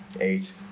Eight